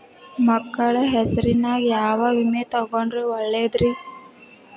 ಮಕ್ಕಳ ಹೆಸರಿನ್ಯಾಗ ಯಾವ ವಿಮೆ ತೊಗೊಂಡ್ರ ಒಳ್ಳೆದ್ರಿ?